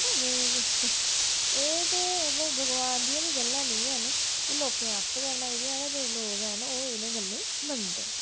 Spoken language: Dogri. व एह् ते मतलव भगवान दियां बी गल्लां नी हैन एह् लोकें आपें गै बनाई दियां व जेह्ड़े लोग हैन ओह् इनें गल्लें ई मनदे